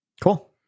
Cool